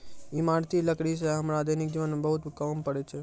इमारती लकड़ी सें हमरा दैनिक जीवन म बहुत काम पड़ै छै